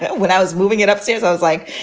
but when i was moving it upstairs, i was like,